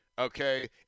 Okay